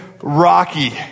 rocky